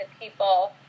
people